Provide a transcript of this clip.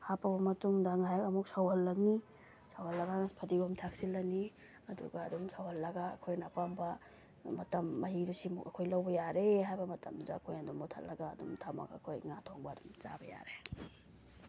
ꯍꯥꯞꯄꯕ ꯃꯇꯨꯡꯗ ꯉꯥꯏꯍꯥꯛ ꯑꯃꯨꯛ ꯁꯧꯍꯜꯂꯅꯤ ꯁꯧꯍꯜꯂꯒ ꯐꯗꯤꯒꯣꯝ ꯊꯥꯛꯆꯤꯜꯂꯅꯤ ꯑꯗꯨꯒ ꯑꯗꯨꯝ ꯁꯧꯍꯜꯂꯒ ꯑꯩꯈꯣꯏꯅ ꯑꯄꯥꯝꯕ ꯃꯇꯝ ꯃꯍꯤꯗꯣ ꯁꯤꯃꯨꯛ ꯑꯩꯈꯣꯏ ꯂꯧꯕ ꯌꯥꯔꯦ ꯍꯥꯏꯕ ꯃꯇꯝꯗꯨꯗ ꯑꯨꯈꯣꯏꯅ ꯑꯗꯨꯝ ꯃꯨꯊꯠꯂꯒ ꯑꯗꯨꯝ ꯊꯝꯃꯒ ꯑꯩꯈꯣꯏ ꯉꯥ ꯊꯣꯡꯕ ꯑꯗꯨꯝ ꯆꯥꯕ ꯌꯥꯔꯦ